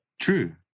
True